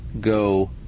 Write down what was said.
go